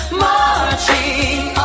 marching